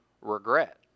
regret